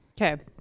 Okay